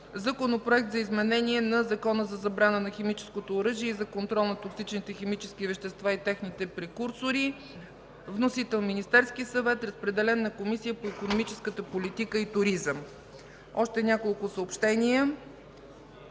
Законопроект за изменение на Закона за забрана на химическото оръжие и за контрол на токсичните химически вещества и техните прекурсори. Вносител е Министерският съвет. Разпределен е на Комисията по икономическата политика и туризъм. Още няколко съобщения.